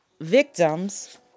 victims